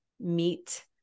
meet